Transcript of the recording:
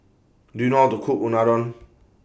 Do YOU know How to Cook Unadon